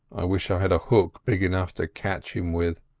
i wish i had a hook big enough to catch him with,